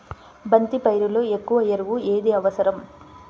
బంతి పైరులో ఎక్కువ ఎరువు ఏది అవసరం?